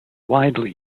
widely